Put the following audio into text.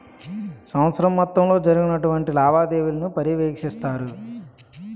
సంవత్సరం మొత్తంలో జరిగినటువంటి లావాదేవీలను పర్యవేక్షిస్తారు